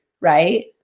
Right